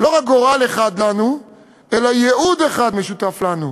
לא רק גורל אחד לנו אלא ייעוד אחד משותף לנו,